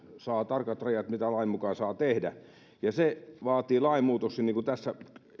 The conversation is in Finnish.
saa tarkat rajat mitä lain mukaan saa tehdä ja se vaatii lainmuutoksen niin kuin tässä